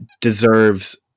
deserves